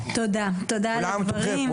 תודה על הדברים.